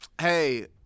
Hey